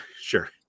sure